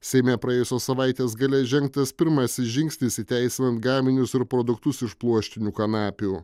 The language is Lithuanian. seime praėjusios savaitės gale žengtas pirmasis žingsnis įteisinant gaminius ir produktus iš pluoštinių kanapių